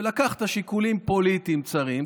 ולקחת שיקולים פוליטיים צרים,